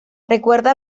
recuerda